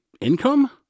income